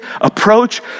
approach